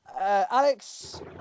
Alex